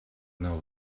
know